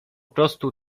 prostu